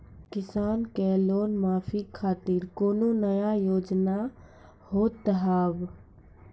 किसान के लोन माफी खातिर कोनो नया योजना होत हाव?